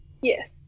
Yes